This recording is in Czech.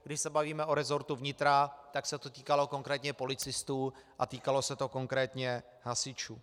Když se bavíme o resortu vnitra, tak se to týkalo konkrétně policistů a týkalo se to konkrétně hasičů.